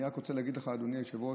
אני רק רוצה להגיד לך, אדוני היושב-ראש,